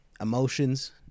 emotions